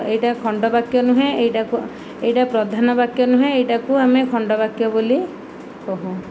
ଏଇଟା ଖଣ୍ଡ ବାକ୍ୟ ନୁହେଁ ଏଇଟାକୁ ଏଇଟା ପ୍ରଧାନ ବାକ୍ୟ ନୁହେଁ ଏଇଟାକୁ ଆମେ ଖଣ୍ଡ ବାକ୍ୟ ବୋଲି କହୁ